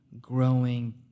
growing